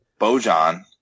bojan